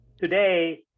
Today